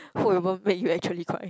who ever make you actually cry